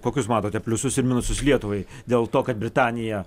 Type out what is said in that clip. kokius matote pliusus ir minusus lietuvai dėl to kad britanija